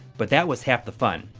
but that was half the fun.